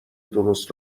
درست